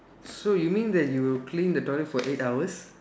so you mean that you would clean the toilet for eight hours